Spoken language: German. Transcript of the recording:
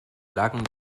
lagen